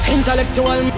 Intellectual